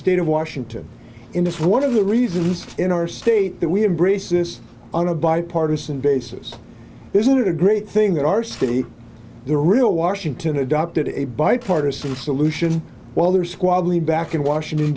state of washington in this one of the reasons in our state that we have braces on a bipartisan basis isn't it a great thing that our city the real washington adopted a bipartisan solution while they're squabbling back in washington